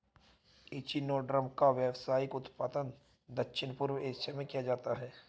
echinoderm का व्यावसायिक उत्पादन दक्षिण पूर्व एशिया में किया जाता है